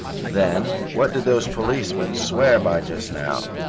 then what did those policemen swear by just now?